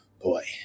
Boy